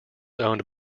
owned